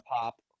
pop